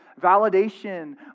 validation